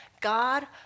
God